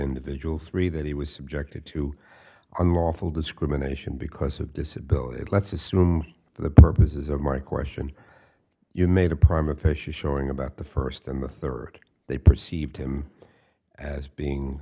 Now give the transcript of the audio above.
individual three that he was subjected to unlawful discrimination because of disability let's assume for the purposes of my question you made a prime of his showing about the first and the third they perceived him as being